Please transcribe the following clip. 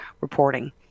reporting